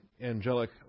angelic